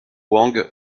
wang